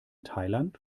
thailand